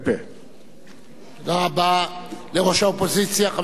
תודה רבה לראש האופוזיציה, חבר הכנסת שאול מופז.